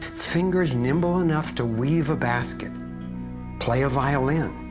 fingers nimble enough to weave a basket play a violin,